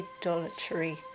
idolatry